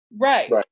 Right